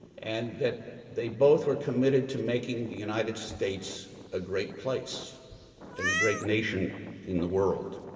and that they both were committed to making the united states a great place and a great nation in the world.